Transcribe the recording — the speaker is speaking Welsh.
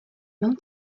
mewn